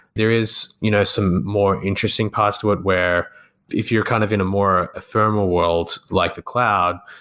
there is you know some more interesting parts to it where if you're kind of in a more ephemeral world, like the cloud,